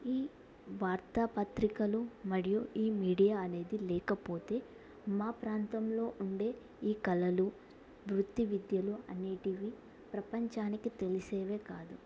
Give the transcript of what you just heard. ఈ వార్తాపత్రికలు మరియు ఈ మీడియా అనేది లేకపోతే మా ప్రాంతంలో ఉండే ఈ కళలు వృత్తి విద్యలు అనేవి ప్రపంచానికి తెలిసేవే కాదు